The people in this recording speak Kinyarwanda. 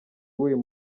w’uyu